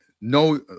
no